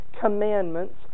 commandments